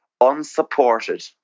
unsupported